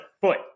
foot